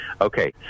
okay